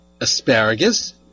asparagus